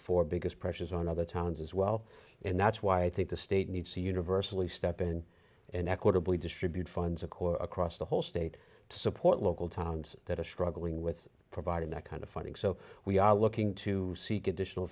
four biggest pressures on other towns as well and that's why i think the state needs to universally step in and equitably distribute funds of course across the whole state to support local towns that are struggling with providing that kind of funding so we are looking to seek additional